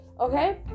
okay